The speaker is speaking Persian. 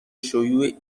شیوع